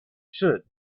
should